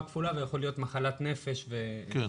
כפולה ויכול להיות מחלת נפש ו --- כן,